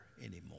anymore